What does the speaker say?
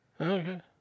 Okay